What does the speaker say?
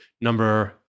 number